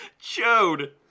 Chode